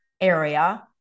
area